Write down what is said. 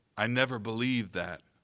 i never believed that.